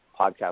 podcast